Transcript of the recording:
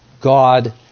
God